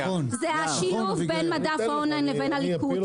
זה השילוב בין מדף האונליין לבין הליקוט,